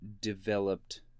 developed